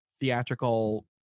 theatrical